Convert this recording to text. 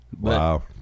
Wow